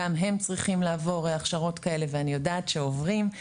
גם הם צריכים לעבור הכשרות כאלה ואני יודעת שעוברים,